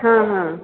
हां हां